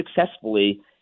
successfully